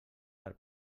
per